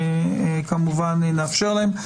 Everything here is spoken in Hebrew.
כמובן שנאפשר להם.